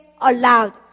aloud